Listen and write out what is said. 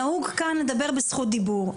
נהוג כאן לדבר בזכות דיבור,